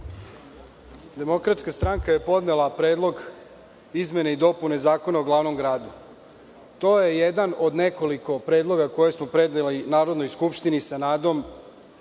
Demokratska stranka je podnela Predlog izmene i dopune Zakona o glavnom gradu. To je jedan od nekoliko predloga koje smo predali Narodnoj skupštini sa nadom